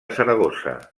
saragossa